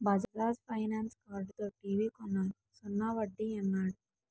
Bajaj finance కార్డుతో TV కొన్నాను సున్నా వడ్డీ యన్నాడు